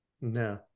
no